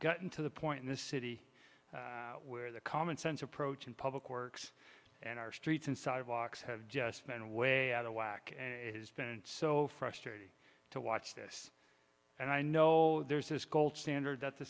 gotten to the point in this city where the common sense approach in public works and our streets and sidewalks have just been way out of whack and it has been so frustrating to watch this and i know there's this gold standard that the